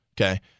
okay